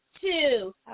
Two